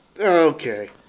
Okay